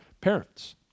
parents